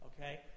Okay